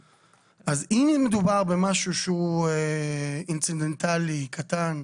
מדובר במשהו שהוא אינצידנטאלי קטן,